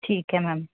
ਠੀਕ ਐ ਮੈਮ